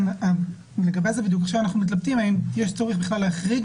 אנחנו מתלבטים עכשיו האם יש צורך בכלל להחריג